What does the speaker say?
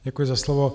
Děkuji za slovo.